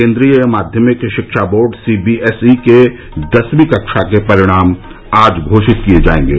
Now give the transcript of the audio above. केन्द्रीय माध्यमिक शिक्षा बोर्ड सीबीएसई के दसवीं कक्षा के परिणाम आज घोषित किए जाएंगे